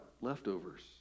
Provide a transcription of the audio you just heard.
leftovers